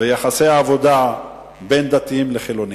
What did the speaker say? וביחסי העבודה בין דתיים לחילונים.